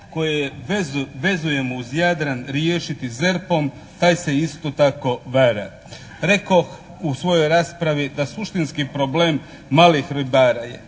koje vezujemo uz Jadran riješiti ZERP-om taj se isto tako vara. Rekoh u svojoj raspravi da suštinski problem malih ribara je